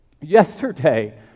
Yesterday